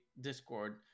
discord